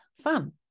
fun